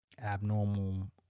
abnormal